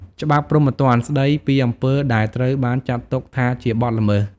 ច្បាប់ព្រហ្មទណ្ឌ ស្តីពីអំពើដែលត្រូវបានចាត់ទុកថាជាបទល្មើស។